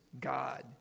God